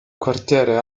quartiere